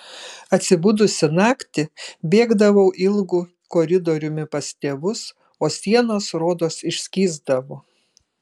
atsibudusi naktį bėgdavau ilgu koridoriumi pas tėvus o sienos rodos išskysdavo